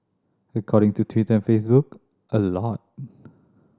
according to Twitter and Facebook a lot